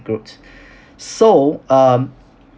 groups so um